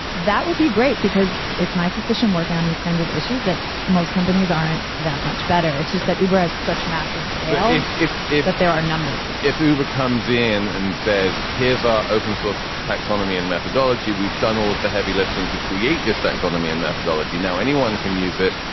that would be great because it's my suspicion work on these kinds of issues that most companies aren't that much better. it's just that uber has such massive scale if if if if there are numbers here, if he becomes in and says, here's our open source taxonomy and methodology, we've done all of the heavy lifting to create this taxonomy and methodology. now anyone can use it.